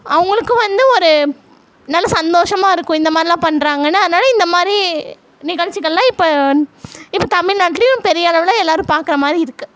அவங்களுக்கும் வந்து ஒரு நல்ல சந்தோஷமாக இருக்கும் இந்த மாதிரிலாம் பண்ணுறாங்கன்னு அதனால இந்த மாதிரி நிகழ்ச்சிகளெலாம் இப்போ இப்போ தமிழ்நாட்லேயும் பெரியளவில் எல்லோரும் பார்க்குற மாதிரி இருக்குது